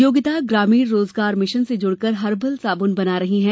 योगिता ग्रामीण रोजगार मिशन से जुड़कर हर्बल साबुन बना रही हैं